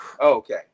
Okay